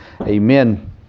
amen